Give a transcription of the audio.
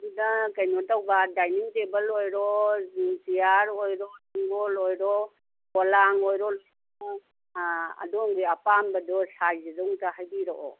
ꯁꯤꯗ ꯀꯩꯅꯣ ꯇꯧꯕꯥ ꯗꯥꯏꯅꯤꯡ ꯇꯦꯕꯜ ꯑꯣꯏꯔꯣ ꯆꯤꯌꯥꯔ ꯑꯣꯏꯔꯣ ꯇꯨꯡꯒꯣꯜ ꯑꯣꯏꯔꯣ ꯄꯣꯂꯥꯡ ꯑꯣꯏꯔꯣ ꯑꯗꯣꯝꯒꯤ ꯑꯄꯥꯝꯕꯗꯣ ꯁꯥꯏꯁ ꯑꯗꯣ ꯑꯝꯇ ꯍꯥꯏꯕꯤꯔꯛꯑꯣ